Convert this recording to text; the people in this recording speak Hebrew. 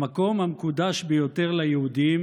המקום המקודש ביותר ליהודים